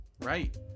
Right